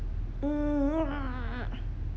mm